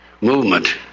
movement